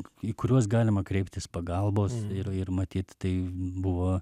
į kuriuos galima kreiptis pagalbos irir matyt tai buvo